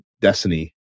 Destiny